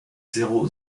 zéro